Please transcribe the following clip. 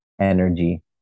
energy